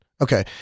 Okay